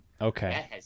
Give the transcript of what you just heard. Okay